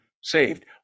saved